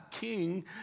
king